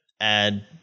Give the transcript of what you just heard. add